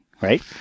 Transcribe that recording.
right